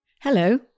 Hello